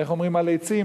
איך אומרים הלצים?